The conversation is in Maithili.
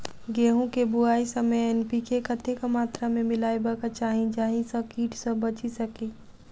गेंहूँ केँ बुआई समय एन.पी.के कतेक मात्रा मे मिलायबाक चाहि जाहि सँ कीट सँ बचि सकी?